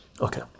okay